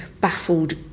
baffled